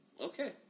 Okay